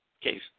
case